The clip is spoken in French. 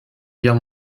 guerre